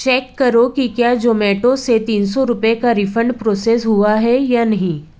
check करो कि क्या जोमैटो से तीन सौ रुपय का रीफ़ंड प्रोसेस हुआ है या नहीं